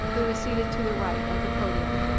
who is seated to the right of the podium,